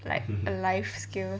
like a life skill